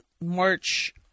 March